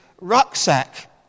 rucksack